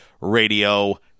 Radio